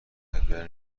خپل